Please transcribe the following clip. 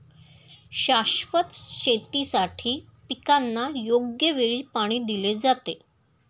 शाश्वत शेतीसाठी पिकांना योग्य वेळी पाणी दिले जाते